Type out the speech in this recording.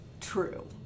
True